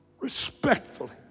Respectfully